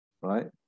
right